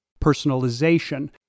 personalization